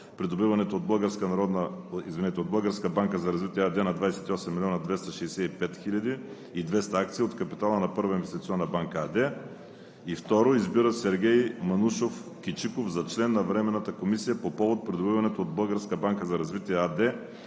придобиването от „Българска банка за развитие“ АД на 28 млн. 265 хил. 200 акции от капитала на „Първа инвестиционна банка“ АД. 2. Избира Сергей Манушов Кичиков за член на Временната комисия по повод придобиването от „Българска банка за развитие“ АД